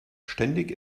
ständig